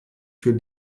für